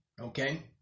Okay